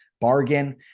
bargain